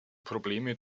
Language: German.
probleme